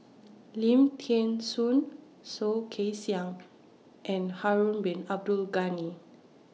Lim Thean Soo Soh Kay Siang and Harun Bin Abdul Ghani